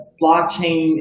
blockchain